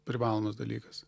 privalomas dalykas